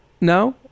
No